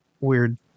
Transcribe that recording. weird